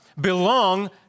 belong